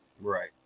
Right